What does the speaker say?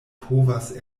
povas